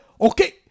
Okay